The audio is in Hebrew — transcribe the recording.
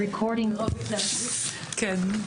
14:36.